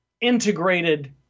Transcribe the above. integrated